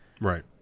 right